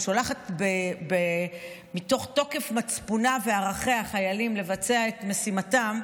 ששולחת מתוך תוקף מצפונה וערכיה חיילים לבצע את משימתם,